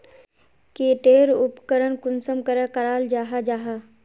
की टेर उपकरण कुंसम करे कराल जाहा जाहा?